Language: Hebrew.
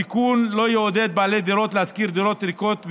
התיקון לא יעודד בעלי דירות להשכיר דירות ריקות,